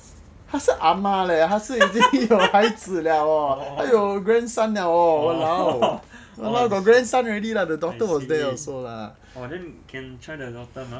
她是 ah ma leh 已经有孩子了哦还有 grandson liao lor !walao! !wah! got grandson already lah the daughter was there also lah